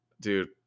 dude